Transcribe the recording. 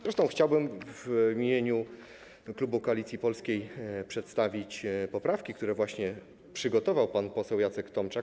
Zresztą chciałbym w imieniu klubu Koalicji Polskiej przedstawić poprawki, które właśnie przygotował pan poseł Jacek Tomczak.